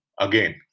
again